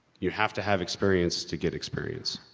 you have to have experience to get experience.